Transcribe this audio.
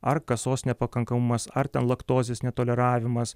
ar kasos nepakankamumas ar ten laktozės netoleravimas